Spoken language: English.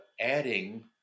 adding